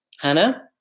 Hannah